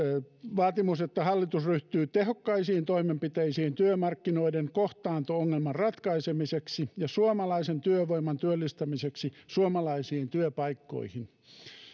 vaatimus että hallitus ryhtyy tehokkaisiin toimenpiteisiin työmarkkinoiden kohtaanto ongelman ratkaisemiseksi ja suomalaisen työvoiman työllistämiseksi suomalaisiin työpaikkoihin